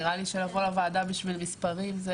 נראה לי שלבוא לוועדה בשביל מספרים זה